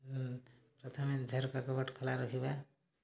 ପ୍ରଥମେ ଝରକା କବାଟ ଖୋଲା ରଖିବା